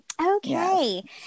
Okay